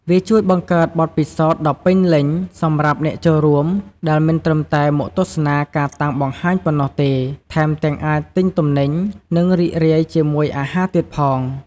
វាជួយបង្កើតបទពិសោធន៍ដ៏ពេញលេញសម្រាប់អ្នកចូលរួម ដែលមិនត្រឹមតែមកទស្សនាការតាំងបង្ហាញប៉ុណ្ណោះទេ ថែមទាំងអាចទិញទំនិញ និងរីករាយជាមួយអាហារទៀតផង។